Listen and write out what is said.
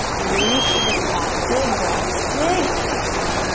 reach for the sky. big breath, big stretch.